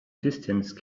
distance